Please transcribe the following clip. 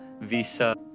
Visa